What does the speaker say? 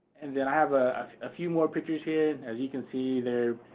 and then i have a few more pictures here. as you can see there,